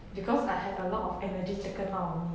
because I had a lot of energy taken out of me